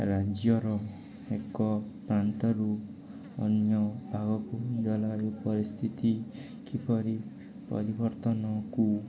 ରାଜ୍ୟର ଏକ ପ୍ରାନ୍ତରୁ ଅନ୍ୟ ଭାଗକୁ ଜଲବାୟୁ ପରିସ୍ଥିତି କିପରି ପରିବର୍ତ୍ତନକୁ